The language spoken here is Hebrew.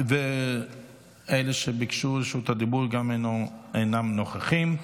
וגם אלה שביקשו רשות דיבור אינם נוכחים.